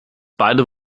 beide